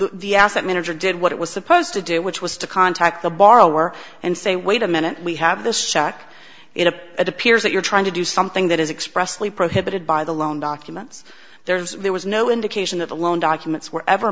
the asset manager did what it was supposed to do which was to contact the borrower and say wait a minute we have this sack it up appears that you're trying to do something that is expressly prohibited by the loan documents there's there was no indication that the loan documents were ever